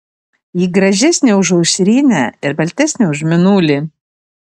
ji gražesnė už aušrinę ir baltesnė už mėnulį